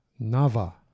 Nava